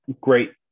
great